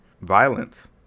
violence